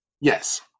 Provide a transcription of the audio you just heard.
yes